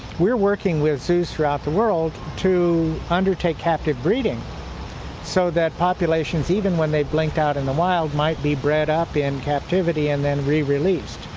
we are working with zoos throughout the world to undertake captive breeding so that populations, even when they blinked out in the wild, might be bred up in captivity and then re-released.